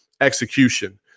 execution